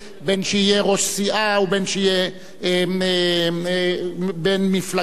בין שיהיה ראש סיעה ובין שיהיה בן מפלגה,